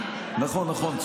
כן, נכון, נכון.